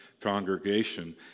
congregation